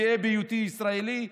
גאה בהיותי ישראלי,